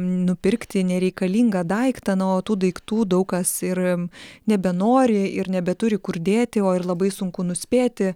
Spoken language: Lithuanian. nupirkti nereikalingą daiktą na o tų daiktų daug kas ir nebenori ir nebeturi kur dėti o ir labai sunku nuspėti